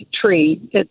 tree